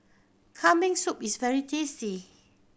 Kambing Soup is very tasty